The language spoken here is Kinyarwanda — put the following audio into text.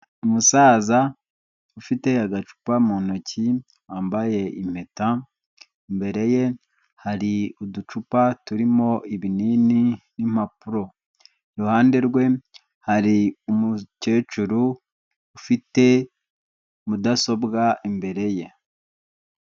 Umusaza ufite agacupa mu ntoki wambaye impeta, imbere ye hari uducupa turimo ibinini n'impapuro, iruhande rwe hari umukecuru ufite mudasobwa imbere ye.